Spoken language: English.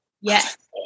Yes